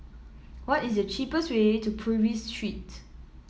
what is the cheapest way to Purvis Street